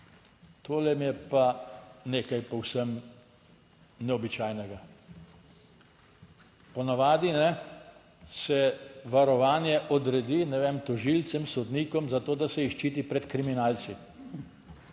Tole mi je pa nekaj povsem neobičajnega. Po navadi se varovanje odredi, ne vem, tožilcem, sodnikom za to, da se jih ščiti pred kriminalci.